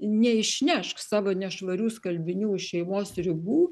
neišnešk savo nešvarių skalbinių už šeimos ribų